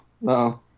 no